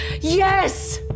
Yes